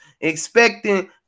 expecting